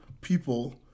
people